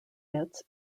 hits